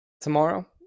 tomorrow